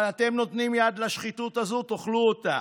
אבל אתם נותנים יד לשחיתות הזו, תאכלו אותה.